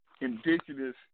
indigenous